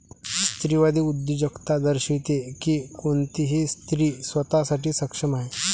स्त्रीवादी उद्योजकता दर्शविते की कोणतीही स्त्री स्वतः साठी सक्षम आहे